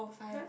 !huh!